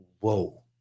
whoa